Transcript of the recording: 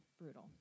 brutal